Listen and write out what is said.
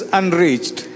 unreached